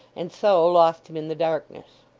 and so lost him in the darkness.